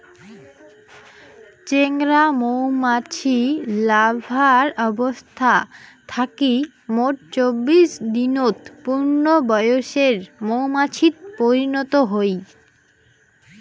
চেংরা মৌমাছি লার্ভা অবস্থা থাকি মোট চব্বিশ দিনত পূর্ণবয়সের মৌমাছিত পরিণত হই